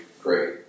great